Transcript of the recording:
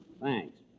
Thanks